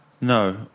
No